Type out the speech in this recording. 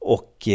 Och